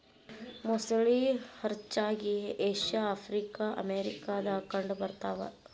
ಮೊಸಳಿ ಹರಚ್ಚಾಗಿ Asia Africa America ದಾಗ ಕಂಡ ಬರತಾವ